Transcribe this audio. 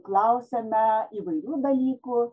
klausėme įvairių dalykų